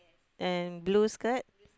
and blue skirt